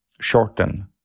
shorten